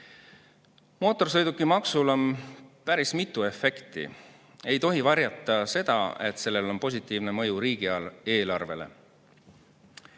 Mootorsõidukimaksul on päris mitu efekti. Ei tohi varjata seda, et sellel on positiivne mõju riigieelarvele.